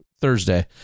Thursday